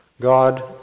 God